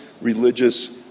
religious